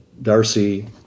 Darcy